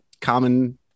common